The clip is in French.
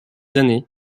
années